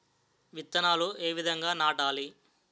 విత్తనాలు ఏ విధంగా నాటాలి?